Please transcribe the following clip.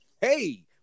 hey